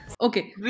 Okay